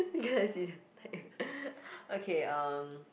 okay um